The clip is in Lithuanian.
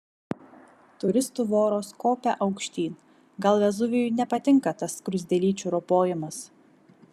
turistų voros kopia aukštyn gal vezuvijui nepatinka tas skruzdėlyčių ropojimas